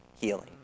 healing